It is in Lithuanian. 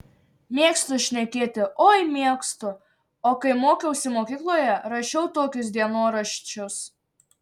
mėgstu šnekėti oi mėgstu o kai mokiausi mokykloje rašiau tokius dienoraščius